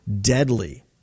deadly